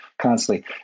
constantly